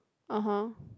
(uh huh)